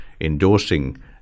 endorsing